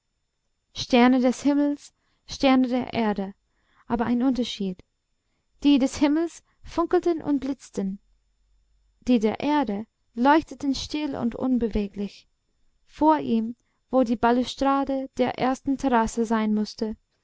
sterne des himmels sterne der erde aber ein unterschied die des himmels funkelten und blitzten die der erde leuchteten still und unbeweglich vor ihm wo die ballustrade der ersten terrasse sein mußte